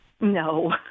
No